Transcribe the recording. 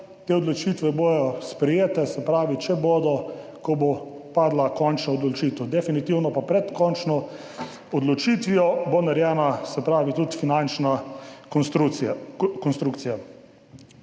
Te odločitve bodo sprejete, če bodo, ko bo padla končna odločitev, definitivno pa bo pred končno odločitvijo narejena tudi finančna konstrukcija.